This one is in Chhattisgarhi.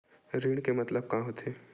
ऋण के मतलब का होथे?